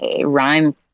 Rhyme